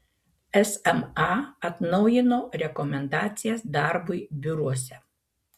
sam atnaujino rekomendacijas darbui biuruose